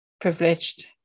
privileged